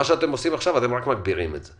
במה שאתם עושים עכשיו אתם רק מגבירים את אי הוודאות.